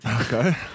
Okay